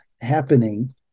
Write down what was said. happening